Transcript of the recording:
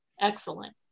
Excellent